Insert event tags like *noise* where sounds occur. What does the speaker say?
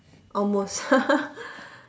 almost *laughs*